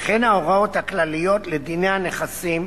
וכן ההוראות הכלליות לדיני הנכסים,